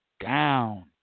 down